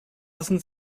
lassen